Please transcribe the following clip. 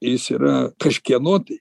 jis yra kažkieno tai